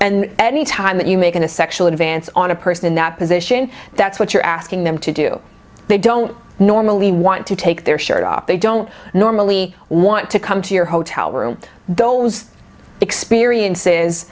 and any time that you make in a sexual advance on a person in that position that's what you're asking them to do they don't normally want to take their shirt off they don't normally want to come to your hotel room those experiences